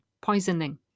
poisoning